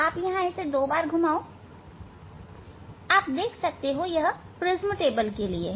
आप यहां 2 बार घुमाओ देख सकते हैं यह प्रिज्म टेबल के लिए है